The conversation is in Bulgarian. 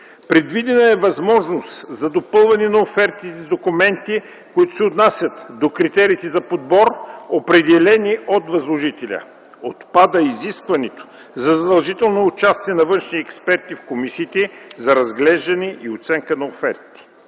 Предвидена е възможност за допълване на офертите с документи, които се отнасят до критериите за подбор, определени от възложителя. Отпада изискването за задължително участие на външни експерти в комисиите за разглеждане и оценка на офертите.